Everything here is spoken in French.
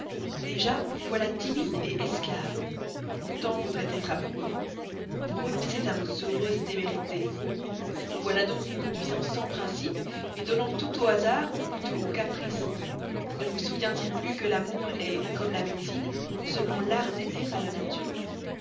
déjà vous voilà timide esclave autant vaudrait être amoureux vous renoncez à vos heureuses témérités vous voilà donc vous conduisant sans principes donnant tout au hasard ou plutôt au caprice ne vous souvient-il plus que l'amour est comme la médecine seulement l'art d'aider à la nature